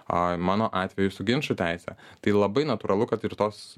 mano atveju jūsų ginčų teise tai labai natūralu kad ir tos